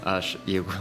aš juk